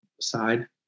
side